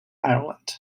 ireland